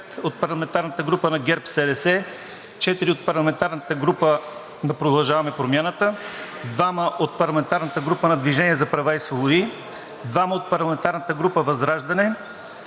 парламентарната група на ГЕРБ-СДС,